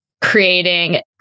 creating